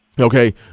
Okay